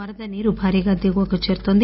వరద భారీగా దిగువకు చేరుతోంది